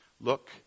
Look